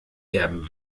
erben